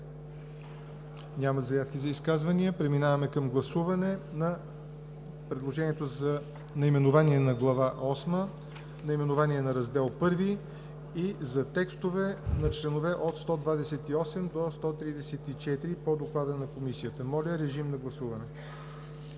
Няма заявки за изказвания. Преминаваме към гласуване на предложението за наименование на Глава осма, за наименование на Раздел I и за текстовете на чл. 128 – 134 по доклада на Комисията. Моля, гласувайте.